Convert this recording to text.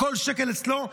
כל שקל אצלו,